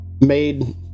made